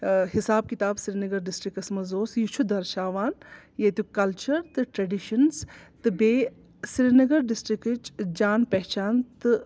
حِساب کِتاب سریٖنَگر ڈِسٹِرٛکَس منٛز اوس یہِ چھُ درشاوان ییٚتیُک کَلچَر تہٕ ٹریٚڈِشَنٕز تہٕ بیٚیہِ سرینگر ڈِسٹرٛکٕچ جان پہچان تہٕ